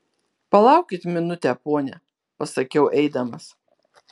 palaukit minutę pone pasakiau eidamas